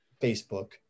Facebook